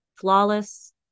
flawless